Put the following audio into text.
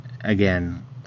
again